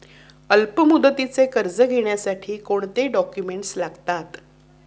अल्पमुदतीचे कर्ज घेण्यासाठी कोणते डॉक्युमेंट्स लागतात?